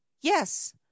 Yes